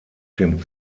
dem